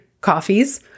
coffees